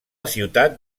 ciutat